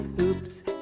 Oops